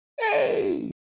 hey